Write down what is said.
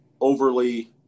overly –